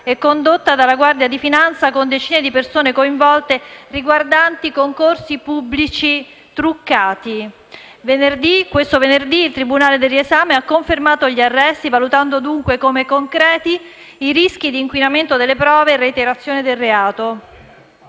e condotta dalla Guardia di finanza, con decine di persone coinvolte, riguardante concorsi pubblici truccati. Venerdì scorso il tribunale del riesame ha confermato gli arresti, valutando dunque come concreti i rischi di inquinamento delle prove e reiterazione del reato.